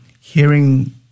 Hearing